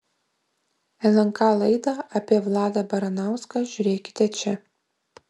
lnk laidą apie vladą baranauską žiūrėkite čia